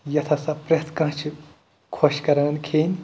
یَتھ ہَسا پرٛٮ۪تھ کانٛہہ چھِ خۄش کَران کھیٚنۍ